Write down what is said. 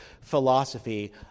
philosophy